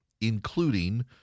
including